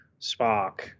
Spock